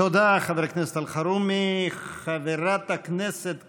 תודה, חבר הכנסת אלחרומי.